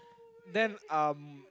then um